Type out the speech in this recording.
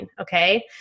Okay